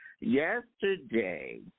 yesterday